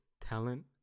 talent